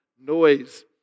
noise